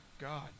God